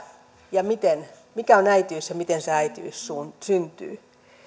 ja miten mikä on äitiys ja miten se äitiys syntyy ja